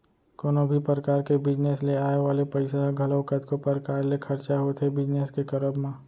कोनो भी परकार के बिजनेस ले आय वाले पइसा ह घलौ कतको परकार ले खरचा होथे बिजनेस के करब म